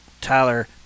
Tyler